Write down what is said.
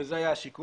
וזה היה השיקול.